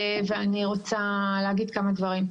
ואני רוצה להגיד כמה דברים.